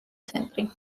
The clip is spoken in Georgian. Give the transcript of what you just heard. ცენტრი